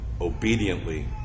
obediently